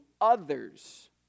others